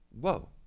whoa